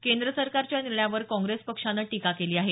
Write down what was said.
केंद्र सरकारच्या या निर्णयावर काँग्रेस पक्षानं टीका केली आहे